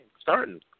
starting